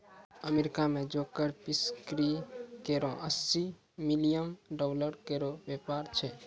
America में जोडक fishery केरो अस्सी मिलियन डॉलर केरो व्यापार छै